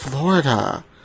Florida